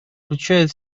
включает